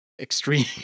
extreme